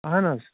اَہَن حظ